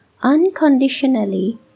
unconditionally